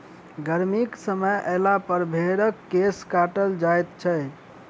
गर्मीक समय अयलापर भेंड़क केश काटल जाइत छै